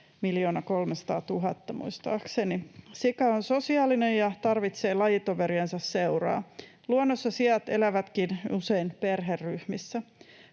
1 300 000 muistaakseni. Sika on sosiaalinen ja tarvitsee lajitoveriensa seuraa. Luonnossa siat elävätkin usein perheryhmissä.